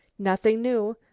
nothing new.